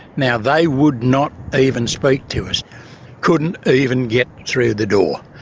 now, they would not even speak to us couldn't even get through the door.